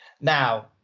now